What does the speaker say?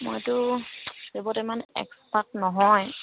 মইতো সেইবোৰত ইমান এক্সপাৰ্ট নহয়